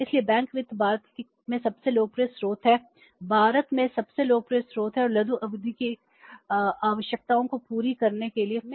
इसलिए बैंक वित्त भारत में सबसे लोकप्रिय स्रोत है भारत में सबसे लोकप्रिय स्रोत है और लघु अवधि की आवश्यकताओं को पूरा करने के लिए फर्म इसका उपयोग कैसे कर रहे हैं